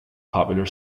popular